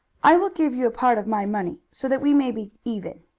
i will give you a part of my money, so that we may be even.